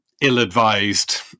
ill-advised